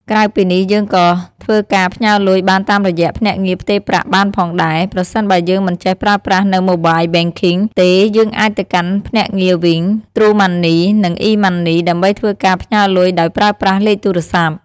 ក្រៅពីនេះយើងក៏ធ្វើការផ្ញើរលុយបានតាមរយៈភ្នាក់ងារផ្ទេរប្រាក់បានផងដែរ ប្រសិនបើយើងមិនចេះប្រើប្រាស់នៅMobile Banking ទេយើងអាចទៅកាន់ភ្នាក់ងារវីង ទ្រូម៉ាន់នី និងអុីម៉ាន់នី ដើម្បីធ្វើការផ្ញើលុយដោយប្រើប្រាស់លេខទូរស័ព្ទ។